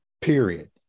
period